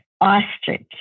ostrich